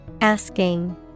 Asking